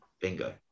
bingo